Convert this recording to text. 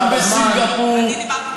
אבל אתם דיברתם באריכות,